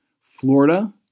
Florida